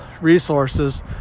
resources